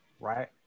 right